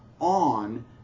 on